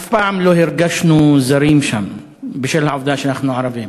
אף פעם לא הרגשנו זרים שם בשל העובדה שאנחנו ערבים.